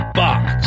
box